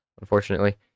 unfortunately